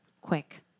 quick